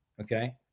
okay